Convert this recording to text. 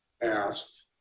asked